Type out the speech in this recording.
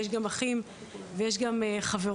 יש גם אחים, יש גם חברות,